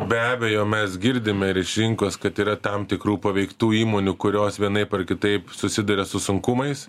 be abejo mes girdime ir iš rinkos kad yra tam tikrų paveiktų įmonių kurios vienaip ar kitaip susiduria su sunkumais